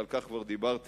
ועל כך כבר דיברתי